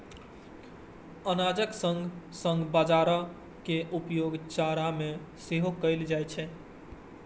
अनाजक संग संग बाजारा के उपयोग चारा मे सेहो कैल जाइ छै